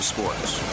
Sports